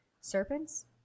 serpents